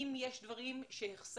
אם יש דברים שהחסרנו,